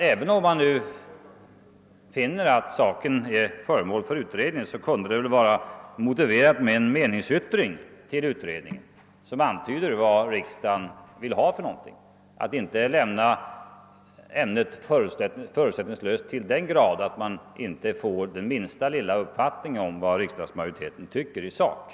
Även om man nu finner att saken är föremål för utredning, kunde det väl vara motiverat att riksdagen gör någon form av meningsyttring som antyder vad den vill i stället för att som nu lämna ämnet förutsättningslöst till den grad, att man är fullständigt tyst både i sak och i frågan om önskvärdheten av en utredning.